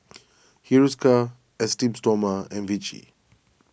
Hiruscar Esteem Stoma and Vichy